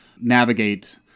navigate